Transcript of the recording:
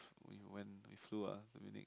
we went we flew to Munich